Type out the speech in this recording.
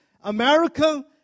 America